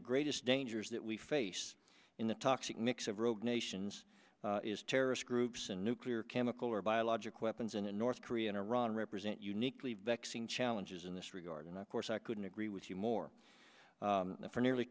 the greatest dangers that we face in the toxic mix of rogue nations is terrorist groups and nuclear chemical cooler biologic weapons in a north korea and iran represent uniquely vexing challenges in this regard and of course i couldn't agree with you more for nearly